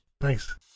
Thanks